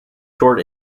toured